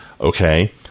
Okay